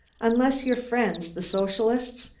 unless your friends, the socialists,